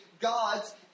God's